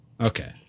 Okay